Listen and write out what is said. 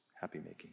happy-making